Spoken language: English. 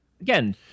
again